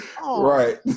Right